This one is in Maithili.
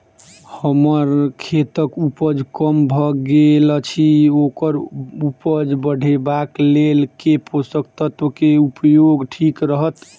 हम्मर खेतक उपज कम भऽ गेल अछि ओकर उपज बढ़ेबाक लेल केँ पोसक तत्व केँ उपयोग ठीक रहत?